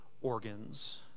organs